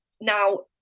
Now